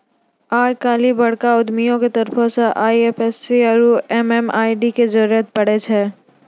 आइ काल्हि बड़का उद्यमियो के तरफो से आई.एफ.एस.सी आरु एम.एम.आई.डी के जरुरत पड़ै छै